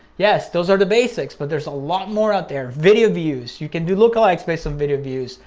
yes, those are the basics, but there's a lot more out there. video views, you can do lookalikes based on video views.